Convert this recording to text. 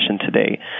today